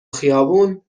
خیابون